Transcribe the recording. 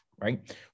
right